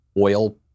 oil